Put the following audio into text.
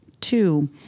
two